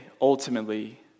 ultimately